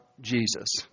Jesus